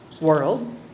world